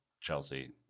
chelsea